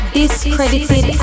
discredited